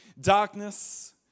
darkness